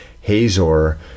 Hazor